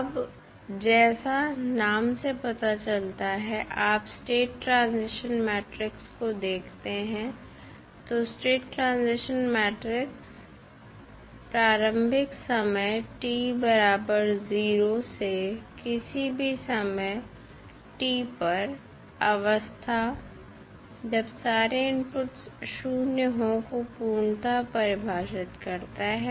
अब जैसा नाम से पता चलता है आप स्टेट ट्रांजिशन मैट्रिक को देखते हैं तो स्टेट ट्रांजिशन मैट्रिक प्रारंभिक समय t बराबर 0 से किसी भी समय t पर अवस्था जब सारे इनपुट्स शून्य हों को पूर्णतः परिभाषित करता है